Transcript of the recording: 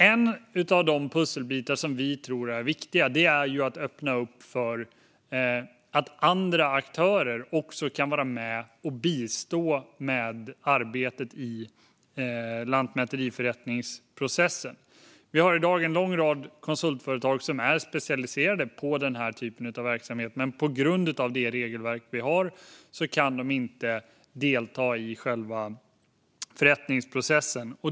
En av de pusselbitar som vi tror är viktiga är att öppna upp för andra aktörer att vara med och bistå i arbetet i lantmäteriförrättningsprocessen. Vi har i dag en lång rad konsultföretag som är specialiserade på den här typen av verksamhet, men på grund av det regelverk vi har kan de inte delta i själva förrättningsprocessen.